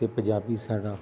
ਅਤੇ ਪੰਜਾਬੀ ਸਾਡਾ